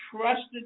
trusted